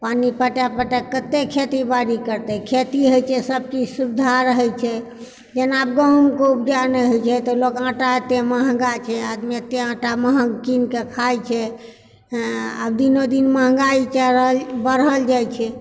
पानी पटाए पटाए कते खेती बाड़ी करतै खेती होइत छै सभ किछु सुविधा रहै छै जेना आब गहुँमके उपजा नहि होइ छै तऽ लोक आटा एते महङ्गा छै आदमी एते आटा महग कीनके खाइ छै आ आब दिनो दिन महँगाइ चढ़ल बढ़ल जाइ छै